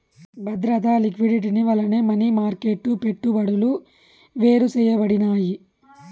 బద్రత, లిక్విడిటీ వల్లనే money market పెట్టుబడులు వేరుసేయబడినాయి